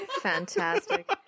Fantastic